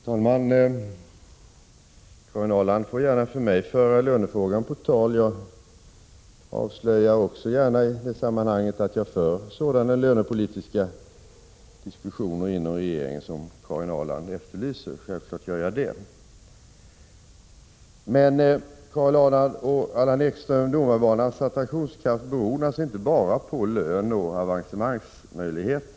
Herr talman! Karin Ahrland får gärna för mig föra lönefrågan på tal. Jag avslöjar också gärna i det sammanhanget att jag inom regeringen självfallet för sådana lönepolitiska diskussioner som Karin Ahrland efterlyser. Men, Karin Ahrland och Allan Ekström, domarkårens attraktionskraft beror naturligtvis inte bara på lön och avancemangsmöjligheter.